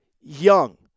Young